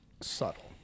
subtle